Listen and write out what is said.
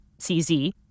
CZ